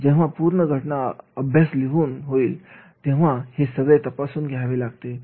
जेव्हा पूर्ण घटनेचा अभ्यास लिहून होईल तेव्हा हे सगळे तपासून घ्यावे लागेल